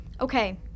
Okay